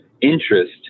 interest